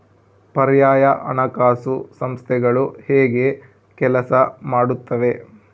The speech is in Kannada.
ಪರ್ಯಾಯ ಹಣಕಾಸು ಸಂಸ್ಥೆಗಳು ಹೇಗೆ ಕೆಲಸ ಮಾಡುತ್ತವೆ?